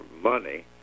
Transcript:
money